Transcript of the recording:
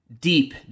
deep